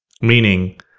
Meaning